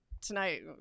tonight